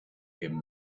him